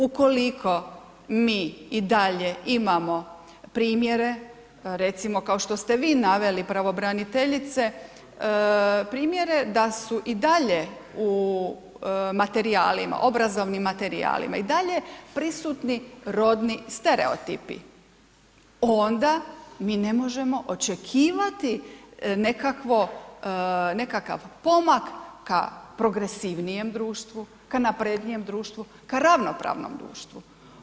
Ukoliko mi i dalje imamo primjere recimo kao što ste vi naveli pravobraniteljice, primjere da su i dalje u materijalima, obrazovnim materijalima i dalje prisutni rodni stereotipi onda mi ne možemo očekivati nekakav pomak ka progresivnijem društvu, ka naprednijem društvu, ka ravnopravnom društvu.